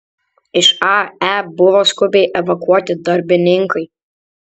iš ae buvo skubiai evakuoti darbininkai